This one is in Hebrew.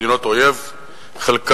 מדינות אויב חלקן.